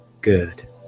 good